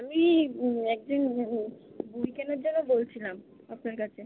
আমি এক দিন বই কেনার জন্য বলছিলাম আপনার কাছে